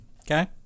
Okay